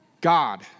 God